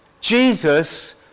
Jesus